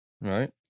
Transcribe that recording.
Right